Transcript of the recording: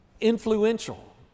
influential